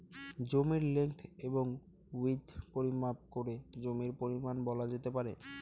জমির লেন্থ এবং উইড্থ পরিমাপ করে জমির পরিমান বলা যেতে পারে